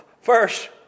First